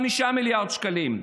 5 מיליארד שקלים,